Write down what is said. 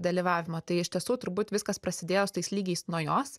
dalyvavimo tai iš tiesų turbūt viskas prasidėjo su tais lygiais nuo jos